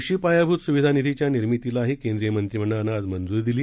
कृषी पायाभूत सुविधा निधीच्या निर्मितीलाही केंद्रीय मंत्रीमंडळानं आज मंजूरी दिली